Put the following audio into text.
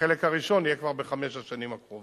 כשהחלק הראשון יהיה כבר בחמש השנים הקרובות.